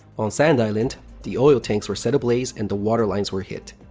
on sand island, the oil tanks were set ablaze and the water lines were hit.